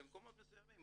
במקומות מסוימים,